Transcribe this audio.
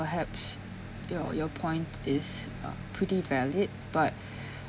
perhaps your your point is uh pretty valid but